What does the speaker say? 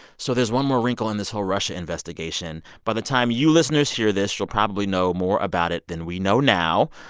so there's one more wrinkle in this whole russia investigation. by the time you listeners hear this, you'll probably know more about it than we know now.